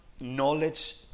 knowledge